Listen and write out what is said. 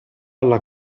alla